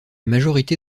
majorité